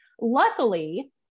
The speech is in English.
Luckily